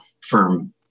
firm